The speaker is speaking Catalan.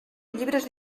llibres